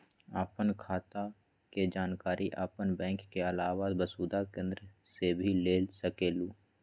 आपन खाता के जानकारी आपन बैंक के आलावा वसुधा केन्द्र से भी ले सकेलु?